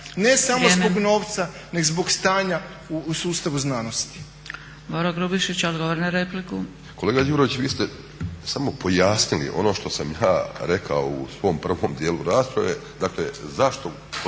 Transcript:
ne samo zbog novca, nego zbog stanja u sustavu znanosti.